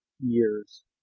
year's